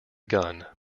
gun